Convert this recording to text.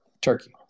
Turkey